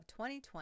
2020